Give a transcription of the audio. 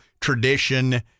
tradition